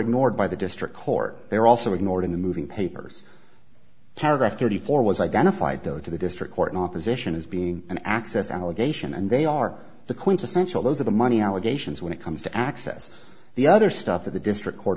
ignored by the district court they're also ignored in the moving papers paragraph thirty four was identified though to the district court in opposition as being an access allegation and they are the quintessential those are the money allegations when it comes to access the other stuff that the district court